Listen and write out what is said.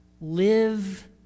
Live